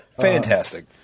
Fantastic